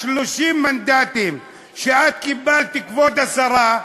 30 המנדטים שאת קיבלת, כבוד השרה,